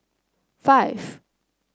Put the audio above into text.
five